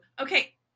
Okay